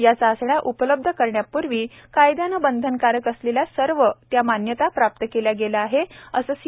या चाचण्या उपलब्ध करण्यापूर्वी कायद्याने बंधनकारक असलेल्या आवश्यक त्या सर्व मान्यता प्राप्त केल्या गेल्या असे सी